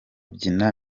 nyina